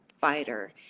fighter